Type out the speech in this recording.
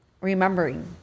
remembering